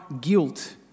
guilt